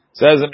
says